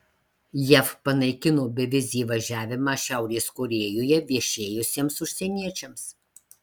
jav panaikino bevizį įvažiavimą šiaurės korėjoje viešėjusiems užsieniečiams